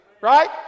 right